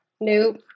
nope